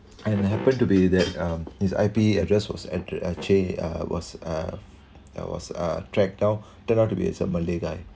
and it happen to be that um his I_P address was at the actually it's uh was uh tracked down turn out to be it's a malay guy